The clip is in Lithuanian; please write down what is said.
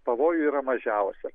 pavojų yra mažiausia